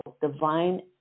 divine